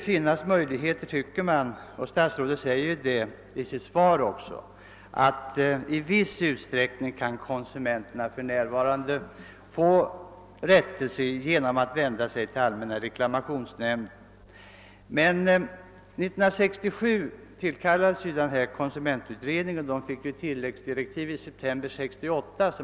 Visserligen säger statsrådet i sitt svar, att konsumenterna för närvarande i viss utsträckning skall kunna få rättelse genom att vända sig till Allmänna reklamationsnämnden. 1967 tillsattes konsumentutredningen och i september 1968 fick den tilläggsdirektiv.